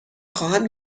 خواهم